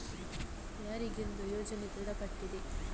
ಯಾರಿಗೆಂದು ಯೋಜನೆ ದೃಢಪಟ್ಟಿದೆ?